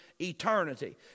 eternity